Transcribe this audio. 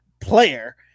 Player